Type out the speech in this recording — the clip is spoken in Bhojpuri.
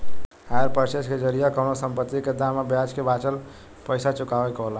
हायर पर्चेज के जरिया कवनो संपत्ति के दाम आ ब्याज के बाचल पइसा चुकावे के होला